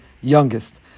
youngest